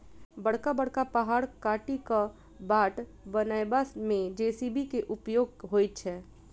बड़का बड़का पहाड़ काटि क बाट बनयबा मे जे.सी.बी के उपयोग होइत छै